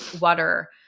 water